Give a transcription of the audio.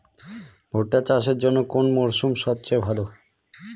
ভুট্টা চাষের জন্যে কোন মরশুম সবচেয়ে ভালো?